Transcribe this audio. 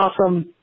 awesome